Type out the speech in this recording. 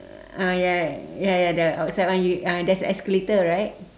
ah ya ya ya the outside one uh there is a escalator right